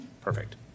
Perfect